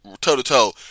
toe-to-toe